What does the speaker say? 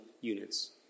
units